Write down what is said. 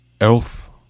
elf